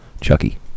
Chucky